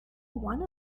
want